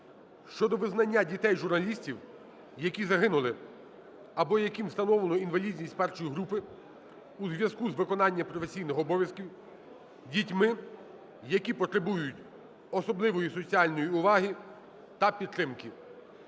щодо визнання дітей журналістів, які загинули або яким встановлено інвалідність і групи у зв'язку із виконанням професійних обов'язків, дітьми, які потребують особливої соціальної уваги та підтримки